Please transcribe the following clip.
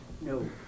no